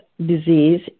disease